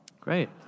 Great